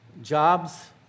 jobs